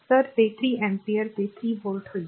तर ते 3 अँपिअर ते 3 व्होल्ट होईल